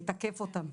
לתקף אותן,